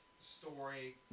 story